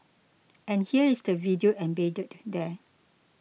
and here is the video embedded there